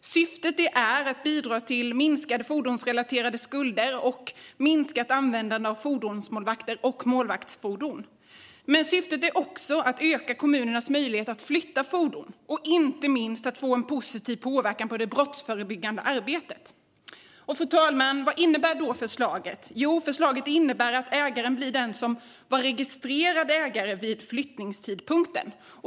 Syftet är att bidra till minskade fordonsrelaterade skulder och ett minskat användande av fordonsmålvakter och målvaktsfordon, men syftet är också att öka kommunernas möjligheter att flytta fordon och inte minst att få en positiv påverkan på det brottsförebyggande arbetet. Fru talman! Vad innebär då förslaget? Jo, förslaget innebär att ägaren blir den som var registrerad ägare vid flyttningstidpunkten.